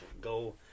Go